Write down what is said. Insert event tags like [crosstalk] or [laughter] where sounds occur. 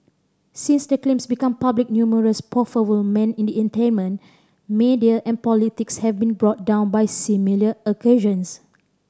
since the claims became public numerous powerful [unintelligible] men in the entertainment media and politics have been brought down by similar [unintelligible]